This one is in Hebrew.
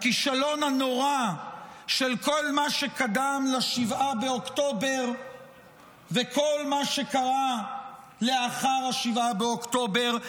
הכישלון הנורא של כל מה שקדם ל-7 באוקטובר וכל מה שקרה לאחר 7 באוקטובר.